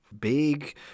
big